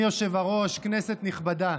אדוני היושב-ראש, כנסת נכבדה,